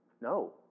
No